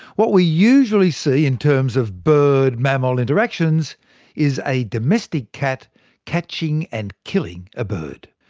what we usually see in terms of bird-mammal interactions is a domestic cat catching and killing a bird.